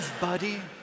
buddy